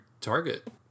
target